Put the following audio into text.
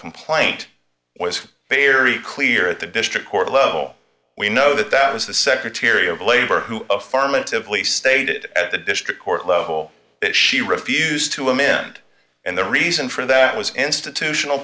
complaint was very clear at the district court level we know that that was the secretary of labor who affirmatively stated at the district court level that she refused to amend and the reason for that was institutional